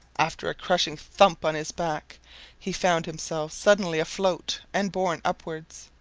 after a crushing thump on his back he found himself suddenly afloat and borne upwards.